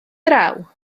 draw